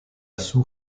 sous